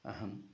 अहम्